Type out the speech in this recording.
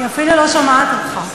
היא אפילו לא שומעת אותך.